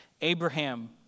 Abraham